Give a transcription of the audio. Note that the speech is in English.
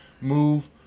move